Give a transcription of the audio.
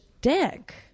dick